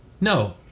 No